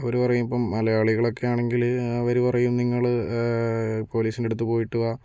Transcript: അവർ പറയും ഇപ്പോൾ മലയാളികളൊക്കെ ആണെങ്കിൽ അവർ പറയും നിങ്ങൾ പോലീസിന്റടുത്തു പോയിട്ട് വാ